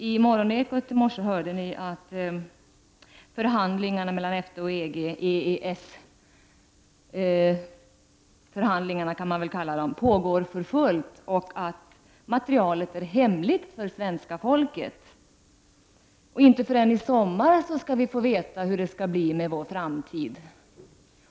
I Morgonekot i morse kunde vi höra att förhandlingar mellan EFTA och EG, des.k.EES-förhandlingarna, pågår för fullt och att materialet är hemligt för svenska folket. Inte förrän i sommar skall vi få veta hur det skall bli med vår framtid.